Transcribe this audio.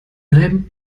bleiben